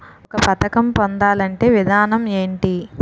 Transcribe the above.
ఒక పథకం పొందాలంటే విధానం ఏంటి?